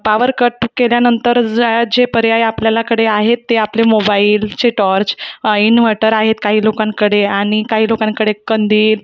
power cut केल्यानंतर जा जे पर्याय आपल्यालाकडे आहेत ते आपले मोबाईलचे टॉर्च इन्व्हर्टर आहेत काही लोकांकडे आणि काही लोकांकडे कंदील